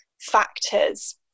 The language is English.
factors